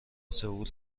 سئول